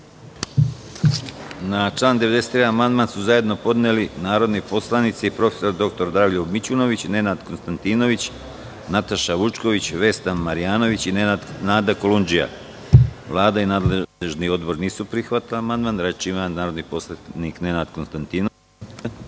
Na član 91. amandman su zajedno podneli narodni poslanici prof. dr Dragoljub Mićunović, Nenad Konstantinović, Nataša Vučković, Vesna Marjanović i Nada Kolundžija. Vlada i nadležni odbor nisu prihvatili amandman. Reč ima narodni poslanik Nenad Konstantinović.